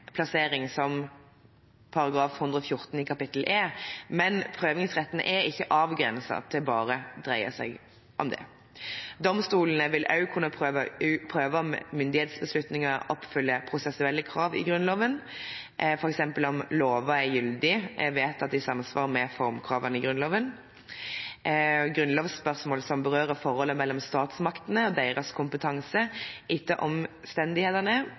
plassering som § 114 i kapittel E, men prøvingsretten er ikke avgrenset til bare å dreie seg om det. Domstolene vil også kunne prøve om myndighetsbeslutninger oppfyller prosessuelle krav i Grunnloven, f.eks. om lover er gyldige, vedtatt i samsvar med formkravene i Grunnloven. Grunnlovsspørsmål som berører forholdet mellom statsmaktene og deres kompetanse etter omstendighetene,